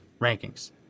rankings